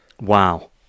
Wow